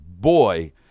boy